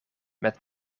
met